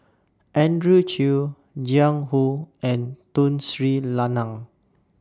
Andrew Chew Jiang Hu and Tun Sri Lanang